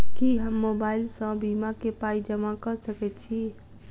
की हम मोबाइल सअ बीमा केँ पाई जमा कऽ सकैत छी?